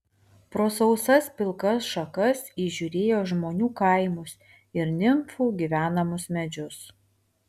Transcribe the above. pro sausas pilkas šakas įžiūrėjo žmonių kaimus ir nimfų gyvenamus medžius